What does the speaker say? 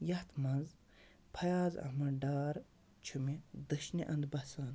یَتھ منٛز فیاض احمد ڈار چھُ دٔچھنہِ اَندٕ بَسان